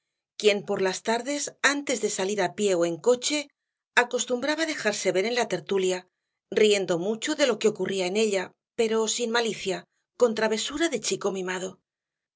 quien por las tardes antes de salir á pié ó en coche acostumbraba dejarse ver en la tertulia riendo mucho de lo que ocurría en ella pero sin malicia con travesura de chico mimado